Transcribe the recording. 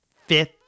fifth